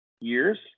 years